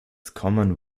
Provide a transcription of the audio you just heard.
common